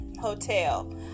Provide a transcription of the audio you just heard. Hotel